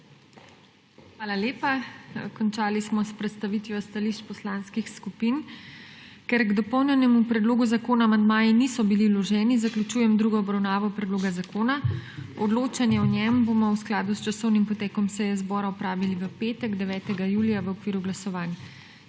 Hvala lepa. Končali smo s predstavitvijo stališč poslanskih skupin. Ker k dopolnjenemu predlogu zakona amandmaji niso bili vloženi, zaključujem drugo obravnavo predloga zakona. Odločanje o njem bomo v skladu s časovnim potekom seje zbora opravili v petek, 9. julija, v okviru glasovanj.